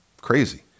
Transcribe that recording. crazy